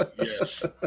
yes